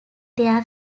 their